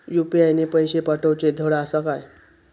UPI ने पैशे पाठवूचे धड आसा काय?